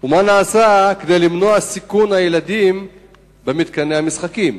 4. מה נעשה כדי למנוע סיכון של הילדים במתקני המשחקים?